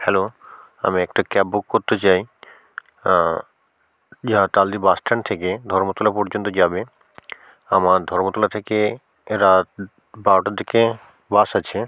hello আমি একটা cab book করতে চাই ইয়ে তালদি বাস স্ট্যান্ড থেকে ধর্মতলা পর্যন্ত যাবে আমার ধর্মতলা থেকে রাত বারোটার দিকে বাস আছে